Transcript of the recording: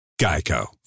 Geico